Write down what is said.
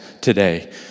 today